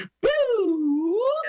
boo